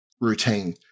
routine